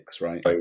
right